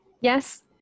Yes